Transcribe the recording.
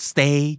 Stay